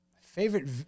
Favorite